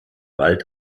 wald